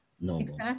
normal